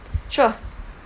sure